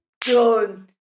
done